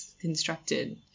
constructed